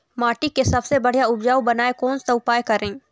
माटी के सबसे बढ़िया उपजाऊ बनाए कोन सा उपाय करें?